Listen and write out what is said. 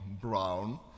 brown